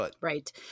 Right